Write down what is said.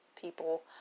people